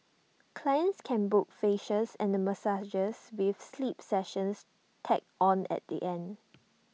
clients can book facials and massages with sleep sessions tacked on at the end